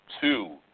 Two